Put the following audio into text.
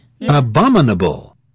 Abominable